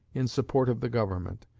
in support of the government.